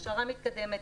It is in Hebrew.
הכשרה מתקדמת,